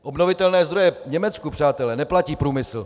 Obnovitelné zdroje v Německu, přátelé, neplatí průmysl.